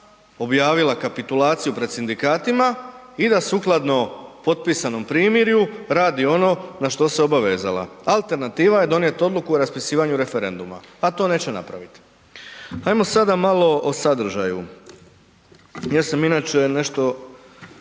objavila kapitulaciju pred sindikatima i da sukladno potpisanom primirju radi ono na što se obavezala. Alternativa je donijeti odluku o raspisivanju referenduma, a to neće napraviti. Ajmo sada malo o sadržaju. Ja sam inače nešto